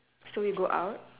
so we go out